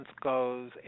goes